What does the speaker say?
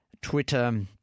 Twitter